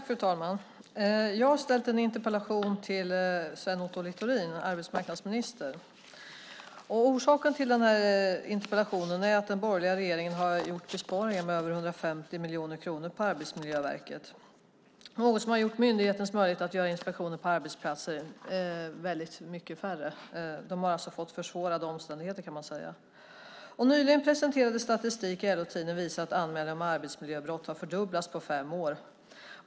Fru talman! Jag har ställt en interpellation till arbetsmarknadsminister Sven Otto Littorin. Orsaken till interpellationen är att den borgerliga regeringen har gjort besparingar på över 150 miljoner kronor på Arbetsmiljöverket, något som har försämrat myndighetens möjligheter att göra inspektioner på arbetsplatser. De har blivit väldigt mycket färre. Arbetsmiljöverket har alltså fått försvårade omständigheter, kan man säga. Nyligen presenterad statistik i LO-tidningen visar att anmälningarna om arbetsmiljöbrott har fördubblats på fem år.